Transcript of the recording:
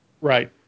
Right